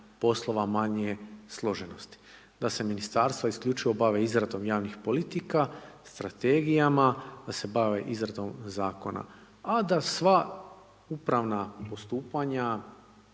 poslova manje složenosti, da se Ministarstva isključivo bave izradom javnih politika, strategijama, da se bave izradom Zakona, a da sva upravna postupanja